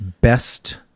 best